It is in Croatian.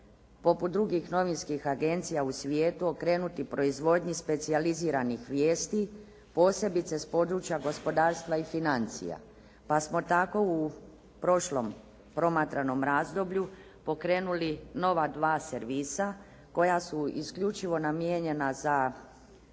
poput drugih novinskih agencija u svijetu okrenuti proizvodnji specijaliziranih vijesti posebice s područja gospodarstva i financija, pa smo tako u prošlom promatranom razdoblju pokrenuli nova dva servisa koja su isključivo namijenjena za